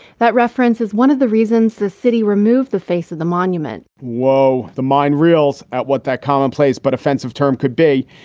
that reference is one of the reasons the city removed the face of the monument whoa. the mind reels at what that commonplace but offensive term could be.